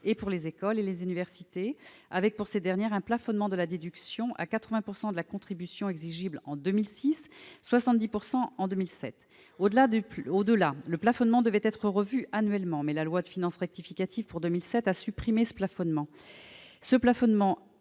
les écoles et les universités, avec, pour ces dernières, un plafonnement de la déduction à 80 % de la contribution exigible en 2006 et à 70 % en 2007. Au-delà, le plafonnement devait être revu annuellement : mais la loi de finances rectificative pour 2007 a supprimé ce plafonnement. Le plafonnement